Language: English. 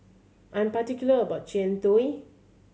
I'm particular about Jian Dui